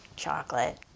chocolate